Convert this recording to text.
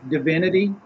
Divinity